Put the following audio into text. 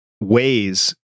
ways